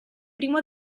primo